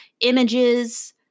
images